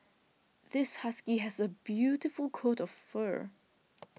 this husky has a beautiful coat of fur